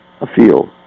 afield